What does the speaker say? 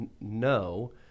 No